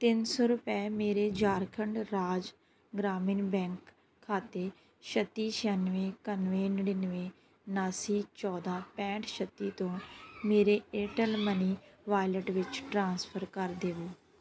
ਤਿੰਨ ਸੌ ਰੁਪਏ ਮੇਰੇ ਜਾਰਖੰਡ ਰਾਜ ਗ੍ਰਾਮੀਣ ਬੈਂਕ ਖਾਤੇ ਛੱਤੀ ਛਿਆਨਵੇਂ ਇਕਾਨਵੇਂ ਨੜਿਨਵੇਂ ਉਨਾਸੀ ਚੌਦ੍ਹਾਂ ਪੈਂਹਠ ਛੱਤੀ ਤੋਂ ਮੇਰੇ ਏਅਰਟੈੱਲ ਮਨੀ ਵਾਇਲਟ ਵਿੱਚ ਟ੍ਰਾਂਸਫਰ ਕਰ ਦੇਵੋ